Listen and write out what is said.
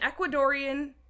Ecuadorian